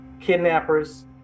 kidnappers